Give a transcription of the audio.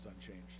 unchanged